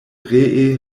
ree